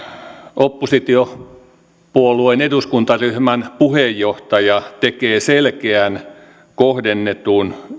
oppositiopuolueen eduskuntaryhmän puheenjohtaja tekee selkeän kohdennetun